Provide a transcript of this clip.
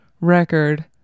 record